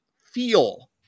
feel